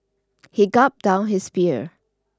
he gulped down his beer